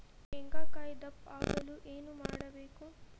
ಶೇಂಗಾಕಾಯಿ ದಪ್ಪ ಆಗಲು ಏನು ಮಾಡಬೇಕು?